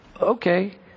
okay